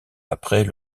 après